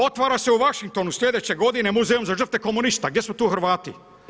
Otvara se u Washingtonu sljedeće godine, muzejom žrtve komunista, gdje su tu Hrvati?